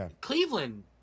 Cleveland